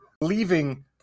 leaving